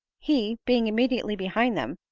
he, being immediately behind them,